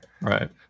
Right